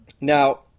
Now